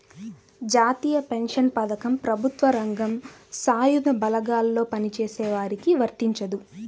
జాతీయ పెన్షన్ పథకం ప్రభుత్వ రంగం, సాయుధ బలగాల్లో పనిచేసే వారికి వర్తించదు